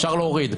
אפשר להוריד,